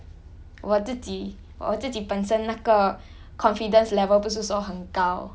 我自己我自己本身那个 confidence level 不是说很高